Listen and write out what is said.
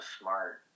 smart